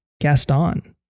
Gaston